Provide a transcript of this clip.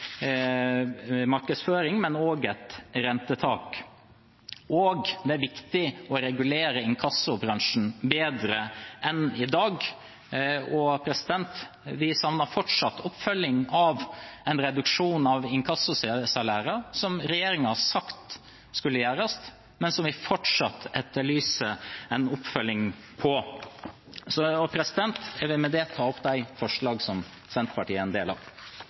markedsføring og gjennom et rentetak. Det er også viktig å regulere inkassobransjen bedre enn i dag. Vi savner fortsatt oppfølging av en reduksjon av inkassosalærer, som regjeringen har sagt skulle gjøres, men som vi fortsatt etterlyser en oppfølging av. Jeg vil med det ta opp de forslagene som Senterpartiet er en del av.